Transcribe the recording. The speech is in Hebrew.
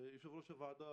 יושב-ראש הוועדה,